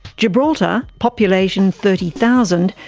gibraltar, population thirty thousand,